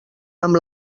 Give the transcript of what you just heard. amb